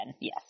Yes